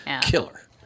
Killer